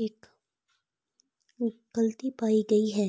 ਇੱਕ ਗਲਤੀ ਪਾਈ ਗਈ ਹੈ